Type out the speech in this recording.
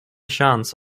chance